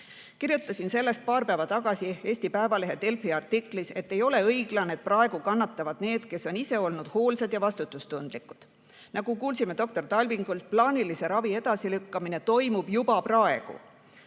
Kirjutasin sellest paar päeva tagasi Eesti Päevalehe Delfi artiklis, et ei ole õiglane, et praegu kannatavad need, kes on ise olnud hoolsad ja vastutustundlikud. Nagu kuulsime doktor Talvingult, toimub plaanilise ravi edasilükkamine juba praegu.